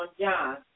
John